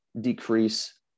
decrease